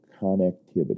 connectivity